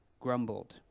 grumbled